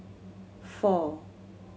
four